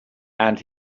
and